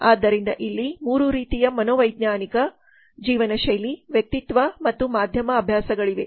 ಆದ್ದರಿಂದ ಇಲ್ಲಿ 3 ರೀತಿಯ ಮನೋವೈಜ್ಞಾನಿಕ ಜೀವನಶೈಲಿ ವ್ಯಕ್ತಿತ್ವ ಮತ್ತು ಮಾಧ್ಯಮ ಅಭ್ಯಾಸಗಳಿವೆ